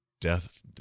death